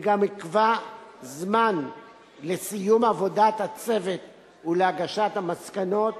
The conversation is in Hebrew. וגם נקבע זמן לסיום עבודת הצוות ולהגשת המסקנות,